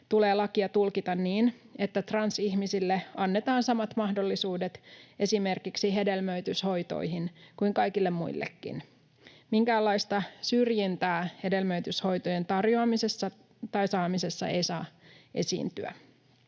tulee lakia tulkita niin, että transihmisille annetaan samat mahdollisuudet esimerkiksi hedelmöityshoitoihin kuin kaikille muillekin. Minkäänlaista syrjintää hedelmöityshoitojen tarjoamisessa tai saamisessa ei saa esiintyä.